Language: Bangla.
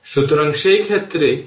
সুতরাং এটি হবে i tI0 RL t